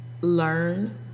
learn